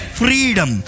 freedom